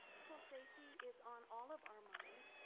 school safety is on all of our minds,